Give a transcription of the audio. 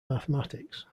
mathematics